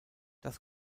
das